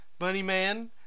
Bunnyman